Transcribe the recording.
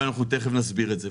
ותיכף נסביר את זה.